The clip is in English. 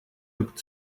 looked